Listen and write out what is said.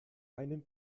einen